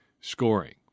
scoring